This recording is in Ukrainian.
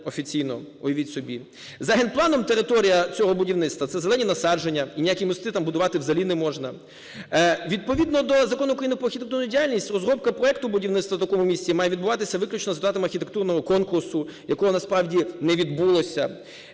офіційно, уявіть собі. За генпланом територія цього будівництва – це зелені насадження, і ніякі мості там будувати взагалі не можна. Відповідно до Закону України про містобудівну діяльність розробка проекту будівництва в такому місці має відбуватися виключно за результатами архітектурного конкурсу, якого насправді не відбулося.